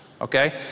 Okay